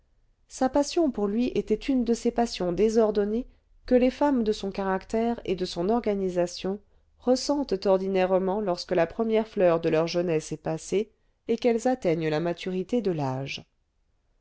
sa passion pour lui était une de ces passions désordonnées que les femmes de son caractère et de son organisation ressentent ordinairement lorsque la première fleur de leur jeunesse est passée et qu'elles atteignent la maturité de l'âge